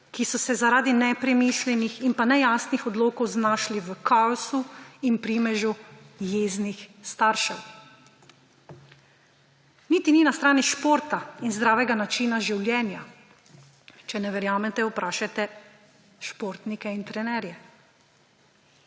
ki so se zaradi nepremišljenih in nejasnih odlokov znašli v kaosu in primežu jeznih staršev. Niti ni na strani športa in zdravega načina življenja – če ne verjamete, vprašajte športnike in trenerje.